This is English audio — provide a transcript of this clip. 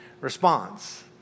response